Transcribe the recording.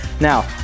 Now